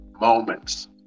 moments